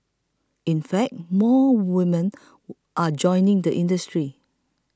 in fact more women are joining the industry